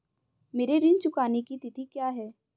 मेरे ऋण चुकाने की तिथि क्या है?